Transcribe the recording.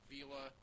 Vila